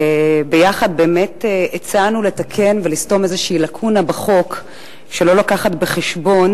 יחד הצענו לתקן ולסתום איזו לקונה בחוק שלא לוקחת בחשבון